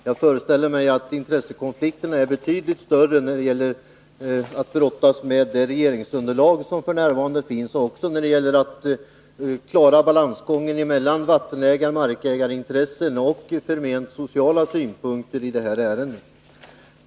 Jag föreställer mig att intressekonflikten är betydligt större när det handlar om att brottas med det regeringsunderlag som f. n. finns och också när det gäller att klara balansgången mellan vattenoch markägarintressen och förment sociala synpunkter i det här ärendet.